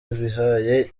bihaye